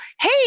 hey